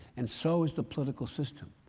and so is the political system.